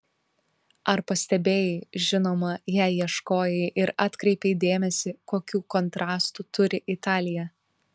ar pastebėjai žinoma jei ieškojai ir atkreipei dėmesį kokių kontrastų turi italija